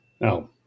Now